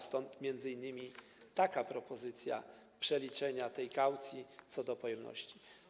Stąd m.in. taka propozycja przeliczania tej kaucji co do pojemności.